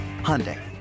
Hyundai